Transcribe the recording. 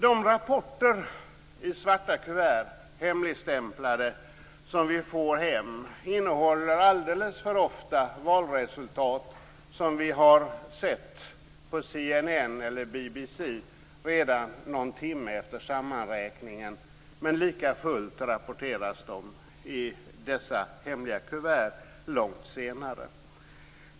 De hemligstämplade rapporter som vi får hem i svarta kuvert innehåller alldeles för ofta valresultat som vi har sett på CNN eller BBC redan någon timme efter sammanräkningen. Men likafullt rapporteras valresultaten i dessa hemliga kuvert långt senare.